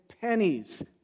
pennies